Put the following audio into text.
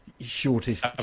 shortest